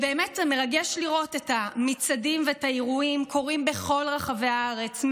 באמת מרגש לראות את המצעדים ואת האירועים קורים בכל רחבי הארץ,